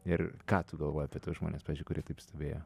ir ką tu galvoji apie tuos žmones kurie taip stovėjo